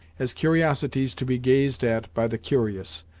as curiosities to be gazed at by the curious,